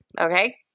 Okay